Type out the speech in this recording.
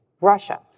Russia